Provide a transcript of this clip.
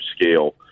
scale